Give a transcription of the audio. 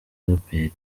baraperi